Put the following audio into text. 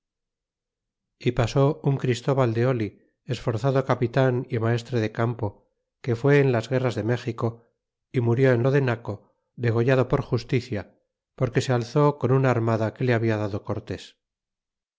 y pasó un christóval de oli esforzado capitan y maestre de campo que fué en las guerras de méxico y murió en lo de naco degollado por justicia porque se alzó con una armada que le habia dado cortés